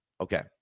Okay